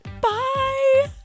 Bye